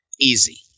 easy